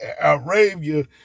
Arabia